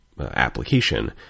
application